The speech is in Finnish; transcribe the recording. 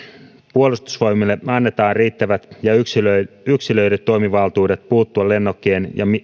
puolustusvoimille annetaan riittävät ja yksilöidyt yksilöidyt toimivaltuudet puuttua lennokkien ja